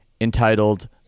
entitled